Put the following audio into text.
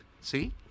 See